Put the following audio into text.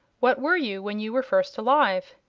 what were you when you were first alive?